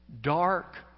dark